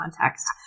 context